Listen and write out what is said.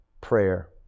prayer